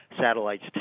satellites